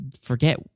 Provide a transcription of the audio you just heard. forget